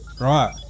Right